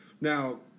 Now